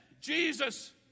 Jesus